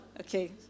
Okay